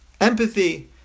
empathy